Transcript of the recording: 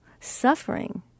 suffering